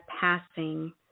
passing